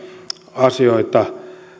asioita